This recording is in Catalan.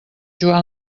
joan